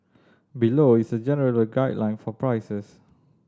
below is a general guideline for prices